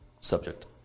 subject